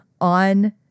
on